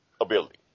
ability